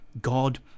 God